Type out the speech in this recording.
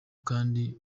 kandi